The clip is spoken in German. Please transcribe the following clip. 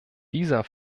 dieser